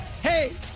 Hey